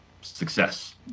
success